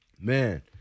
man